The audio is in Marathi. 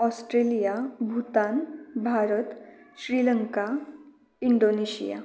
Australia Bhutan Bharat Sri Lanka Indonesia